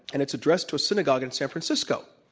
and it's addressed to a synagogue in san francisco.